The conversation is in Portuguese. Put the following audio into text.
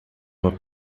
uma